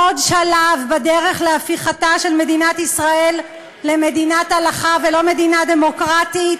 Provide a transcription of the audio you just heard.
עוד שלב בדרך להפיכתה של מדינת ישראל למדינת הלכה ולא מדינה דמוקרטית.